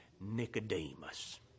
Nicodemus